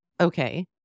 Okay